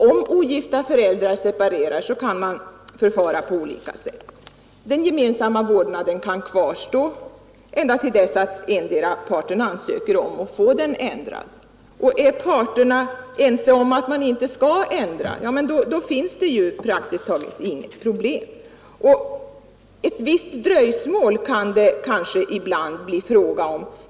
Om ogifta föräldrar separerar kan man förfara på olika sätt. Den gemensamma vårdnaden kan kvarstå ända till dess att endera parten ansöker om att få en ändring. Är parterna överens om att någon ändring inte skall vidtas finns det praktiskt taget inget problem. Ett visst dröjsmål kan det kanske ibland bli fråga om.